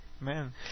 man